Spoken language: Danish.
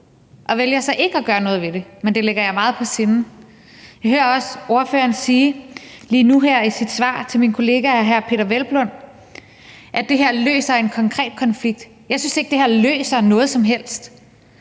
og vælger så ikke at gøre noget ved det, men det ligger jer meget på sinde. Jeg hører også ordføreren sige lige nu her i sit svar til min kollega, hr. Peder Hvelplund, at det her løser en konkret konflikt. Jeg synes ikke, at det her løser noget som helst.